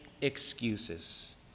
excuses